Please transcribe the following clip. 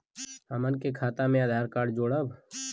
हमन के खाता मे आधार कार्ड जोड़ब?